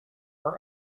are